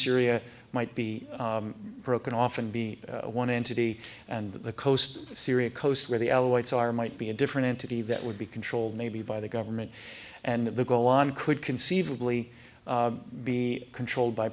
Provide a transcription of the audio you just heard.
syria might be broken off and be one entity and the coast of syria coast where the alawite so are might be a different entity that would be controlled maybe by the government and the golan could conceivably be controlled by